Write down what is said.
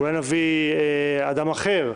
אולי נביא אדם אחר?